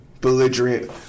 belligerent